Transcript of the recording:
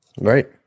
right